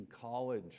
college